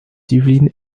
yvelines